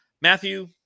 Matthew